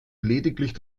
lediglich